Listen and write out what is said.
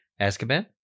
Azkaban